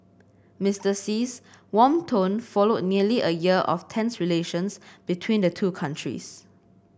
Mister Xi's warm tone followed nearly a year of tense relations between the two countries